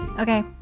Okay